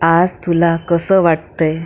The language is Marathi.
आस तुला कसं वाटतंय